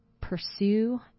pursue